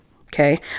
okay